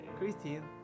Christine